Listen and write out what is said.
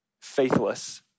faithless